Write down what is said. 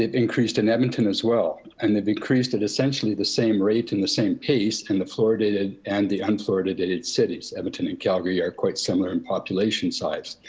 increased in edmonton as well. and they've increased at essentially the same rate and the same pace in the fluoridated and the unfluoridated cities. edmonton and calgary are quite similar in population size.